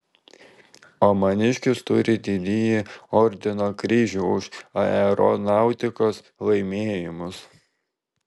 o maniškis turi didįjį ordino kryžių už aeronautikos laimėjimus